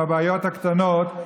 עם הבעיות הקטנות,